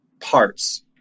parts